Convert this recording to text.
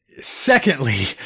Secondly